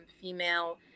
female